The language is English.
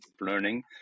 learning